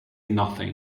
nothing